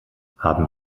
haben